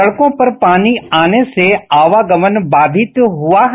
सड़कॉ पर पानी आ जाने से आवागमन वायित हुआ है